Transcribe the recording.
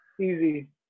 easy